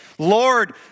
Lord